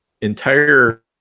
entire